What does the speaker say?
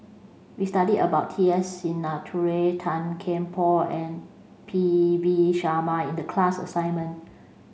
we studied about T S Sinnathuray Tan Kian Por and P V Sharma in the class assignment